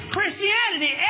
Christianity